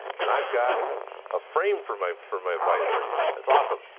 and i've got a frame for my for my advisor. that's awesome.